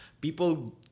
people